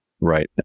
Right